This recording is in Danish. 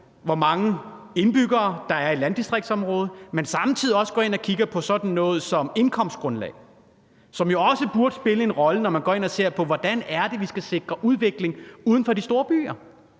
hvor mange indbyggere der er i landdistriktsområdet, men samtidig også gå ind og kigge på sådan noget som indkomstgrundlag, som jo også burde spille en rolle, når man går ind og ser på, hvordan vi skal sikre udvikling uden for de store byer.